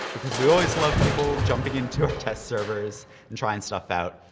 because we always love people jumping into our test servers and trying stuff out.